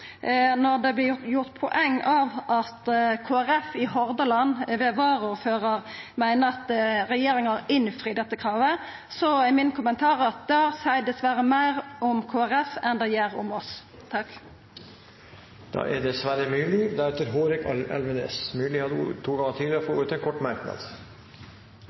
Når det vert gjort eit poeng av at Kristeleg Folkeparti i Hordaland, ved varaordføraren, meiner at regjeringa innfrir dette kravet, er min kommentar at det seier dessverre meir om Kristeleg Folkeparti enn om oss. Representanten Sverre Myrli har hatt ordet to ganger tidligere og får ordet til en kort merknad,